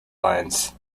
lines